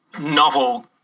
novel